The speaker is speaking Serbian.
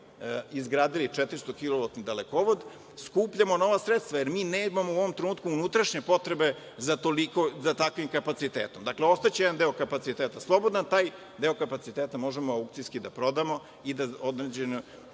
izgradili 400 kilovatni dalekovod, skupljamo nova sredstva, jer mi nemamo u ovom trenutku unutrašnje potrebe za takvim kapacitetom. Dakle, ostaće jedan deo kapaciteta slobodan i taj deo kapaciteta možemo aukcijski da prodamo i da određenu